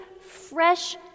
fresh